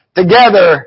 together